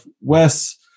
Wes